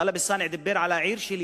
טלב אלסאנע דיבר על העיר שלי,